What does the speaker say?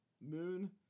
moon